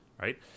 right